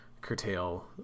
curtail